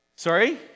Sorry